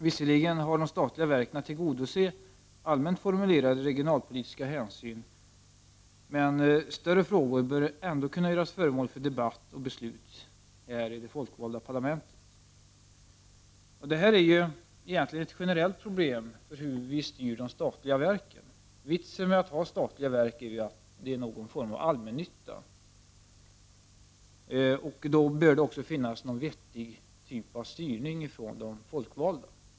Visserligen har de statliga verken att tillgodose allmänt formulerade regionalpolitiska hänsyn, men större frågor bör ändå kunna göras till föremål för debatt och beslut i det folkvalda parlamentet. Egentligen är det ju ett generellt problem hur vi styr de statliga verken. Vitsen med att ha statliga verk är att de tillgodoser någon form av allmännytta. Då bör det också finnas någon vettig typ av styrning från de folkvalda.